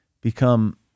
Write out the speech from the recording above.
become